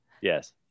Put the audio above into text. Yes